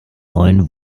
neuen